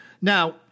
Now